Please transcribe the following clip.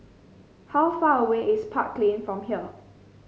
how far away is Park Lane from here